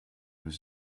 was